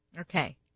okay